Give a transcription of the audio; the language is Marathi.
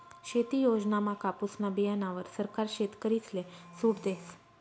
शेती योजनामा कापुसना बीयाणावर सरकार शेतकरीसले सूट देस